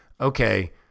okay